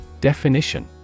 Definition